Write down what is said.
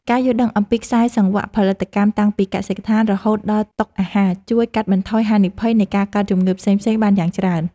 ការយល់ដឹងអំពីខ្សែសង្វាក់ផលិតកម្មតាំងពីកសិដ្ឋានរហូតដល់តុអាហារជួយកាត់បន្ថយហានិភ័យនៃការកើតជំងឺផ្សេងៗបានយ៉ាងច្រើន។